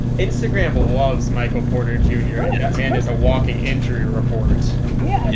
instagram but loves michael porter jr. that man is a walking injury report. yeah. and